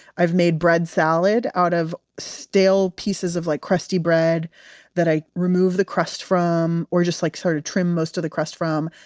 i've made bread salad out of stale pieces of like crusty bread that i removed the crust from, or just like sort of trimmed most of the crust from.